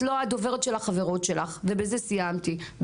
את לא הדוברת של החברות שלך ובזה סיימתי.